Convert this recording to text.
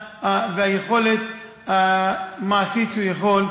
והיכולת המעשית שבהם הוא יכול לפעול.